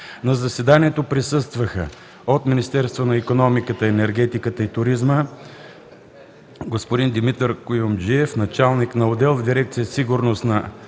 На заседанието присъстваха: от Министерството на икономиката, енергетиката и туризма господин Димитър Куюмджиев – началник на отдел в дирекция „Сигурност на